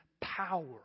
power